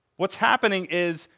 what's happening is,